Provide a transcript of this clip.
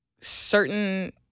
certain